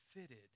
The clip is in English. fitted